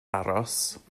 aros